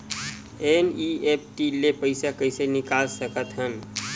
NEFT ले पईसा कइसे निकाल सकत हन?